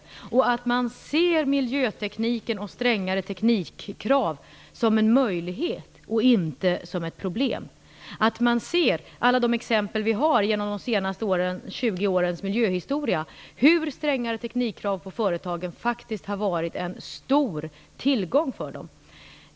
Det är också viktigt att man ser miljötekniken och strängare teknikkrav som en möjlighet och inte som ett problem och att man ser alla de exempel vi har genom de senaste 20 årens miljöhistoria på hur strängare teknikkrav på företagen faktiskt har varit en stor tillgång för dem.